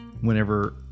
whenever